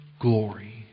Glory